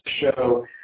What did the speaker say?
show